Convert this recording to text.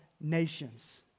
nations